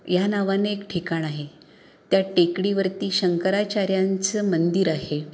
ह्या नावाने एक ठिकाण आहे त्या टेकडीवरती शंकराचार्यांचं मंदिर आहे